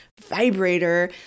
vibrator